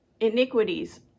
iniquities